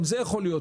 גם זה יכול להיות,